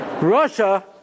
Russia